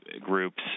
groups